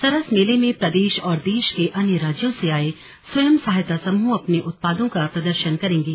सरस मेले में प्रदेश और देश के अन्य राज्यों से आये स्वयं सहायता समूह अपने उत्पादों का प्रदर्शन करेंगे